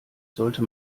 sollte